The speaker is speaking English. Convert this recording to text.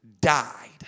died